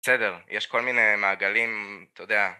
‫בסדר, יש כל מיני מעגלים, אתה יודע...